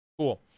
Cool